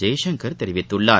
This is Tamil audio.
ஜெய்சங்கர் தெரிவித்துள்ளார்